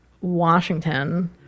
washington